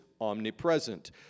omnipresent